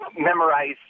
memorize